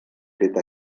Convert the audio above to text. fet